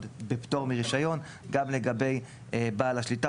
בפטור לרישיון גם לגבי בעל השליטה,